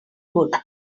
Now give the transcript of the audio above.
good